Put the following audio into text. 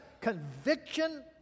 conviction